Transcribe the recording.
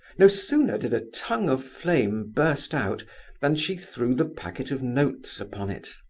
no sooner did a tongue of flame burst out than she threw the packet of notes upon it.